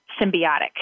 symbiotic